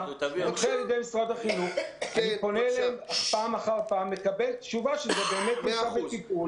אני פונה למשרד האוצר פעם אחר פעם ומקבל תשובה שזה באמת נמצא בטיפול.